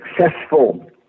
successful